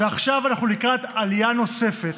ועכשיו אנחנו לקראת עלייה נוספת,